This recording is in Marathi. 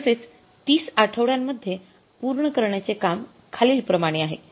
तसेच ३० आठवड्यांमध्ये पूर्ण करण्याचे काम खालीलप्रमाणे आहे